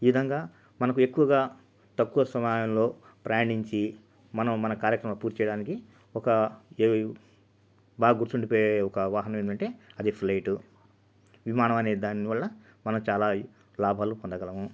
ఈ విధంగా మనకు ఎక్కువుగా తక్కువ సమయంలో ప్రయాణించి మనం మన కార్యక్రమాలు పూర్తి చేయడానికి ఒక ఏవి బాగా గుర్తుండి పోయే ఒక వాహనం ఏంటంటే అది ఫ్లైటు విమానం అనే దాని వల్ల మనం చాలా లాభాలు పొందగలం